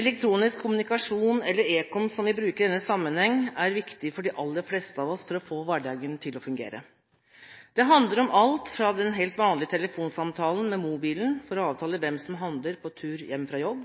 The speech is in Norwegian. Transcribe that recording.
Elektronisk kommunikasjon eller ekom, som vi bruker i denne sammenhengen, er viktig for de aller fleste av oss for å få hverdagen til å fungere. Det handler om den helt vanlige telefonsamtalen med mobilen for å avtale hvem som handler på tur hjem fra jobb.